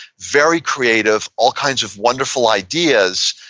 very creative. all kinds of wonderful ideas,